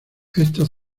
estos